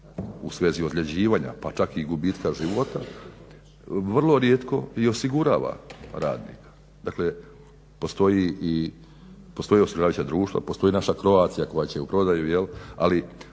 u svezi ozljeđivanja pa čak i gubitka života, vrlo rijetko i osigurava radnika, dakle postoje osiguravajuća društva, postoji naša Croatia koja će u prodaju ali